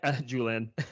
Julian